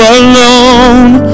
alone